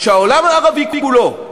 שהעולם הערבי כולו,